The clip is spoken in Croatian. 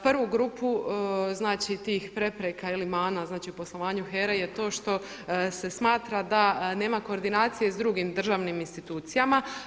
Prvu grupu znači tih prepreka ili mana znači u poslovanju HERA-e je to što se smatra da nema koordinacije sa drugim državnim institucijama.